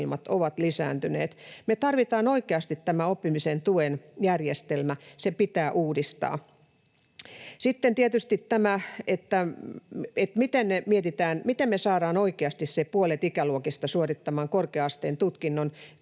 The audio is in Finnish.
ovat lisääntyneet. Me tarvitaan oikeasti tämä oppimisen tuen järjestelmä, se pitää uudistaa. Sitten tietysti on mietittävä, miten saadaan oikeasti puolet ikäluokista suorittamaan korkea-asteen tutkinto.